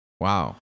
Wow